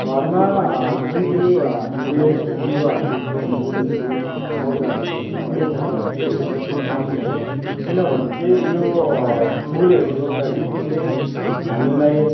घरमा जुन चाहिँ हामीले बिरुवाहरू रोप्छौँ फुलहरू पौधाहरू रोप्छौँ है त्यो चाहिँ एकदम राम्रो हो किनभने चाहिँ यो फुलहरू रोप्दाखेरि चाहिँ हामीलाई